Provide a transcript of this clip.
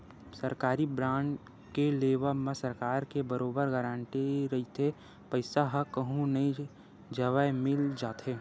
सरकारी बांड के लेवब म सरकार के बरोबर गांरटी रहिथे पईसा ह कहूँ नई जवय मिल जाथे